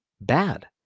bad